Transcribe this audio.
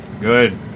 Good